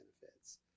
benefits